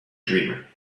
dreamer